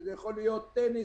טניס,